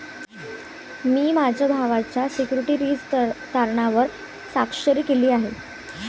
मी माझ्या भावाच्या सिक्युरिटीज तारणावर स्वाक्षरी केली आहे